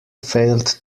failed